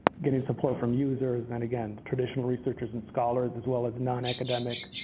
getting support from users and again, traditional researchers and scholars as well as nonacademic,